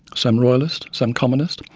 some royalist, some communist,